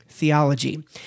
theology